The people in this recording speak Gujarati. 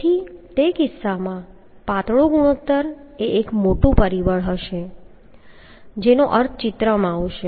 તેથી તે કિસ્સામાં પાતળો ગુણોત્તર એ એક મોટું પરિબળ હશે જેનો અર્થ ચિત્રમાં આવશે